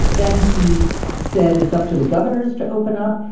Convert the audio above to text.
then he said it's up to the governors to open up.